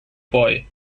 boy